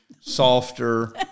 softer